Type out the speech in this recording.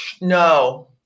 No